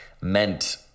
meant